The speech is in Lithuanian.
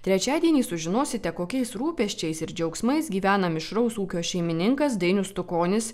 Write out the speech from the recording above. trečiadienį sužinosite kokiais rūpesčiais ir džiaugsmais gyvena mišraus ūkio šeimininkas dainius stukonis